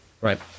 Right